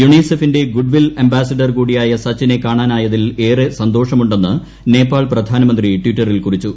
യുണിസെഫിന്റെ goodwill ambassador കൂടിയായ സച്ചിനെ കാണാനായതിൽ ഏറെ സന്ത്രാ്ഷമുണ്ടെന്ന് നേപ്പാൾ പ്രധാനമന്ത്രി ട്വിറ്ററിൽ കുറിച്ചു